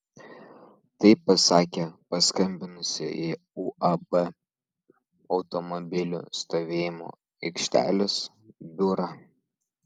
tai pasakė paskambinusi į uab automobilių stovėjimo aikštelės biurą